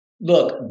Look